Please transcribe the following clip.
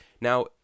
Now